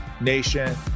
nation